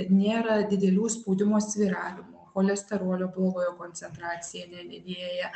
nėra didelių spaudimo svyravimų cholesterolio blogojo koncentracija nedidėja